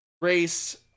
race